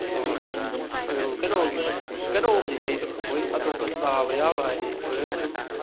ꯍꯣꯍꯣꯏ ꯍꯣꯏ ꯑꯗꯨ ꯀꯩꯅꯣꯒꯤ ꯀꯩꯅꯣꯒꯨꯝꯕꯗꯤ ꯂꯩꯇꯕ꯭ꯔꯣ ꯑꯩꯈꯣꯏ ꯑꯇꯣꯞꯄ ꯆꯥꯕ ꯌꯥꯕ ꯍꯥꯏꯗꯤ ꯍꯣꯔꯦꯟ ꯑꯗꯨꯝ